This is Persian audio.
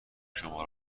شما